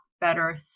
better